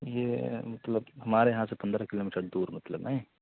یہ مطلب کہ ہمارے یہاں سے پندرہ کلو میٹر دور مطلب نہیں